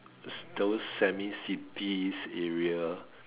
these those semi cities area